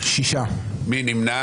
מי נמנע?